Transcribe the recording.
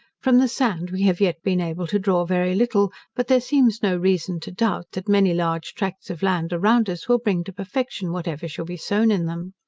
from the sand we have yet been able to draw very little but there seems no reason to doubt, that many large tracts of land around us will bring to perfection whatever shall be sown in them.